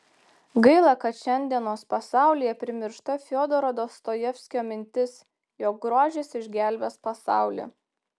gaila kad šiandienos pasaulyje primiršta fiodoro dostojevskio mintis jog grožis išgelbės pasaulį